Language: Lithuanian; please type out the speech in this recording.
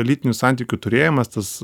lytinių santykių turėjimas tas